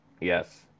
Yes